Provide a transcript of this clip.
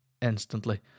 instantly